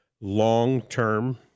long-term